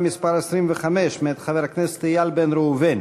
מס' 25 מאת חבר הכנסת איל בן ראובן.